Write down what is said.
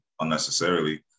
unnecessarily